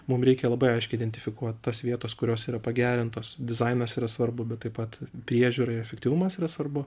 mum reikia labai aiškiai identifikuot tos vietos kurios yra pagerintos dizainas yra svarbu bet taip pat priežiūrai efektyvumas yra svarbu